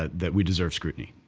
that we deserve scrutiny,